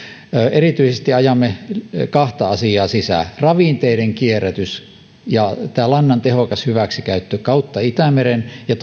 erityisesti ajamme kahta asiaa sisään ravinteiden kierrätystä ja lannan tehokasta hyväksikäyttöä kautta itämeren ja